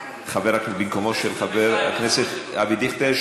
במקומו של חבר הכנסת אבי דיכטר,